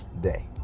day